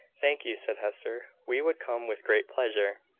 thank you, said hester we would come with great pleasure,